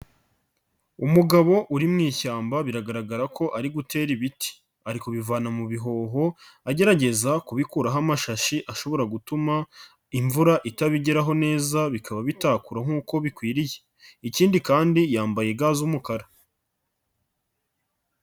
Umugabo uri mu ishyamba biragaragara ko ari gutera ibiti. Ari kubivana mu bihoho agerageza kubikuraho amashashi ashobora gutuma imvura itabigeraho neza, bikaba bitakura nk'uko bikwiriye, ikindi kandi yambaye ga z'umukara.